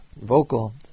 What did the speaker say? vocal